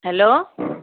hello